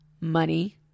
money